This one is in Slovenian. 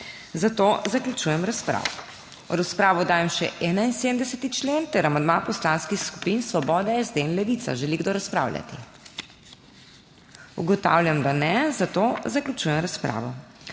zato zaključujem razpravo. V razpravo dajem še 71. člen ter amandma poslanskih skupin Svoboda, SD in Levica. Želi kdo razpravljati? Ugotavljam, da ne, zato zaključujem razpravo.